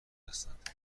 هستند